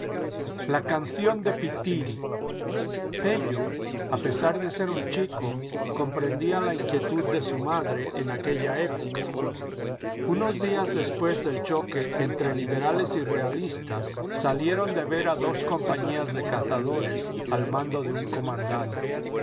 la canción de pithiri pello a pesar de ser un chico comprendía la inquietud de su madre en aquella época unos días después del choque entre liberales y realistas salieron de vera dos compañías de cazadores al mando de un comandante